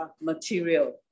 material